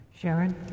Sharon